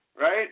right